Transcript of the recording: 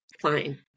fine